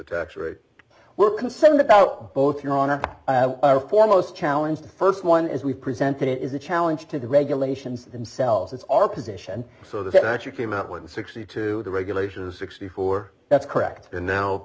tax rate we're concerned about both here on a foremost challenge the first one is we presented it is a challenge to the regulations themselves it's our position so that it actually came out when sixty two the regulators sixty four that's correct and now